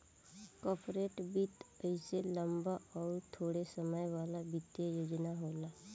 corporate वित्त अइसे लम्बा अउर थोड़े समय वाला वित्तीय योजना होला